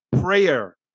Prayer